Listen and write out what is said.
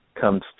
comes